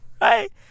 Right